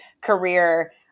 career